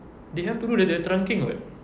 they have to do the the trunking [what]